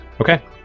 Okay